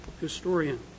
historian